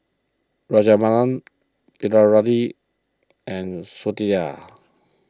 Rajaratnam Bilahari and